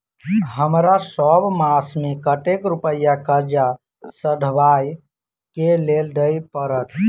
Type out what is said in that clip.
हमरा सब मास मे कतेक रुपया कर्जा सधाबई केँ लेल दइ पड़त?